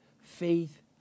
Faith